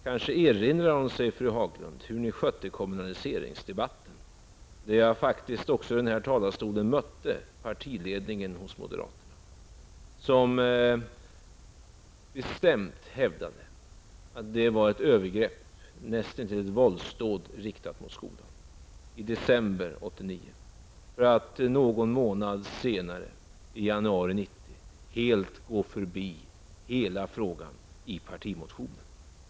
Kanske erinrar de sig, fru Haglund, hur ni skötte kommunaliseringsdebatten. Då mötte jag faktiskt också här i talarstolen företrädare för moderaternas partiledning som bestämt hävdade att det var ett övergrepp, ja, näst intill ett våldsdåd, riktat mot skolan. Det var i december 1989. Men någon månad senare, i januari 1990, gick man helt förbi hela frågan i sin partimotion.